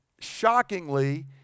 shockingly